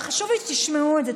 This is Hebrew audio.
חשוב לי שתשמעו את זה.